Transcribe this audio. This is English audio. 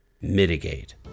mitigate